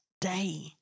day